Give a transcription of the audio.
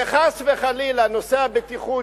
וחס וחלילה נושא הבטיחות,